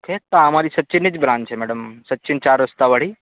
okay તો આ અમારી સચીનની જ બ્રાન્ચ છે મેડમ સચિન ચાર રસ્તાવાળી